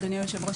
אדוני היושב-ראש,